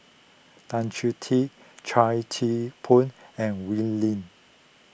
Tan Choh Tee Chua Thian Poh and Wee Lin